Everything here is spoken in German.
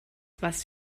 was